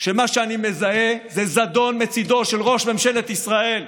שמה שאני מזהה זה זדון מצידו של ראש ממשלת ישראל,